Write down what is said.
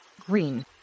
green